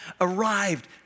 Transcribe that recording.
arrived